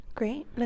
Great